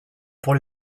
pour